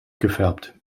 gefärbt